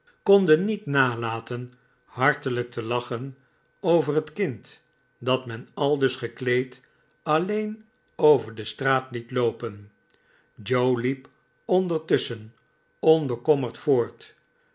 konden niet nalaten hartelijk te lachen over het kind dat men aldus gekleed alleen over de straat liet loopen joe hep ondertusschen onbekommerd voort